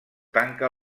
tanca